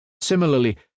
Similarly